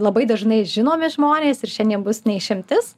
labai dažnai žinomi žmonės ir šiandien bus ne išimtis